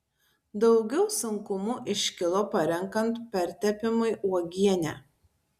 daugiau sunkumų iškilo parenkant pertepimui uogienę